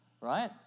Right